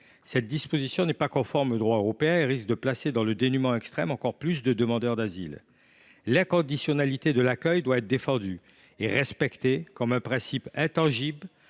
Cette disposition n’est pas conforme au droit européen et risque de mettre dans un dénuement extrême encore plus de demandeurs d’asile. L’inconditionnalité de l’accueil doit être défendue et respectée comme un principe intangible